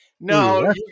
No